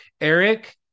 Eric